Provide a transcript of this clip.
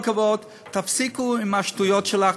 תפסיקו עם השטויות שלך,